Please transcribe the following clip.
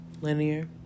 linear